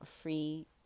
free